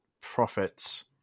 profits